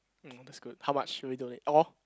oh that's good how much will you donate all